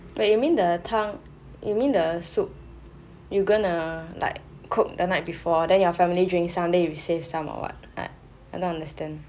but you mean the 汤 you mean the soup you going to like cook the night before then your family drink some then you save some or what I don't understand